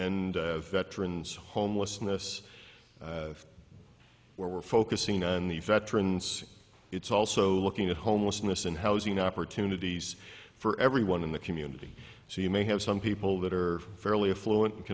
and veterans homelessness we're focusing on the veterans it's also looking at homelessness and housing opportunities for everyone in the community so you may have some people that are fairly affluent and